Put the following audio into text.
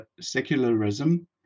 secularism